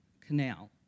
Canal